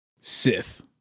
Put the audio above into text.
sith